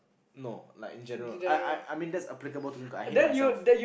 no like general I I I mean that's applicable to me because I hate myself